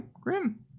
grim